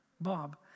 Bob